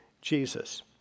Jesus